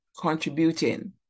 contributing